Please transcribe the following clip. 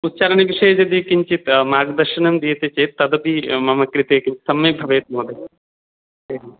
उच्चारणविषये यदि किञ्चित् मार्गदर्शनं दीयते चेत् तदपि मम कृते सम्यक् भवेत् महोदय